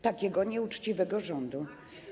Takiego nieuczciwego rządu.